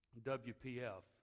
WPF